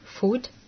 food